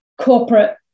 corporate